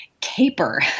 caper